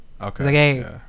okay